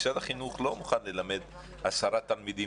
משרד החינוך לא מוכן ללמד עשרה תלמידים